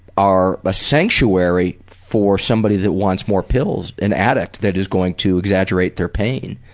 are a sanctuary for somebody that wants more pills, an addict that is going to exaggerate their pain.